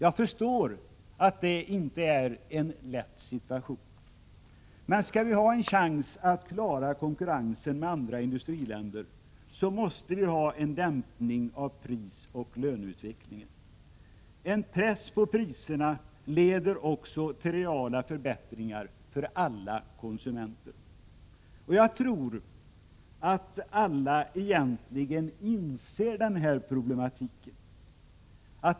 Jag förstår att det inte är en lätt situation. Men skall vi ha en chans att klara konkurrensen med andra industriländer måste vi ha en dämpning av prisoch löneutvecklingen. En press på priserna leder också till reala förbättringar för alla konsumenter. Jag tror att alla egentligen inser den här problematiken.